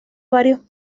varios